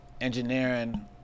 engineering